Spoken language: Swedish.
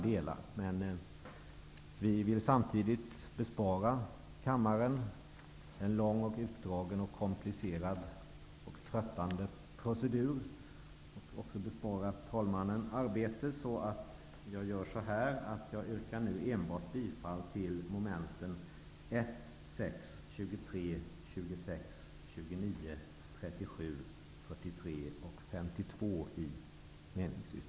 För att bespara kammaren en lång, utdragen, komplicerad och tröttande procedur och talmannen arbete yrkar jag bifall endast till momenten 1, 6, 23, 26, 29, 37, 43 och 52